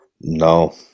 No